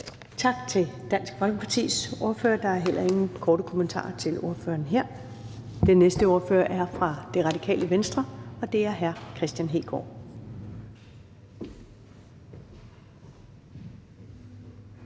Tak til Dansk Folkepartis ordfører. Der er heller ingen korte kommentarer til ordføreren her. Den næste ordfører er fra Det Radikale Venstre, og det er hr. Kristian Hegaard.